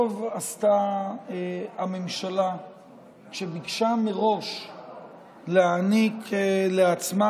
טוב עשתה הממשלה שביקשה מראש להעניק לעצמה,